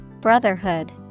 Brotherhood